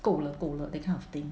够了够了 that kind of thing